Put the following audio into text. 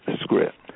script